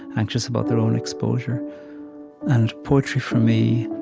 anxious about their own exposure and poetry, for me,